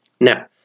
Now